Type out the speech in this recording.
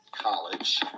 college